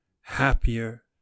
happier